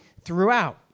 throughout